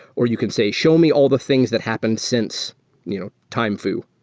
or you can say, show me all the things that happened since you know time foo.